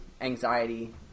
anxiety